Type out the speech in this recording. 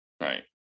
Right